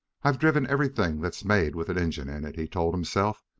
i've driven everything that's made with an engine in it, he told himself,